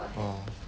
orh